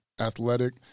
athletic